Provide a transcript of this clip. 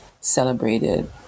celebrated